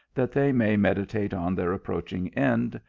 that they may meditate on their approaching end,